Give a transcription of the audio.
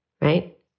right